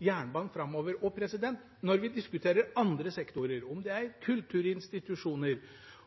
jernbanen framover. Når vi diskuterer andre sektorer – om det er kulturinstitusjoner,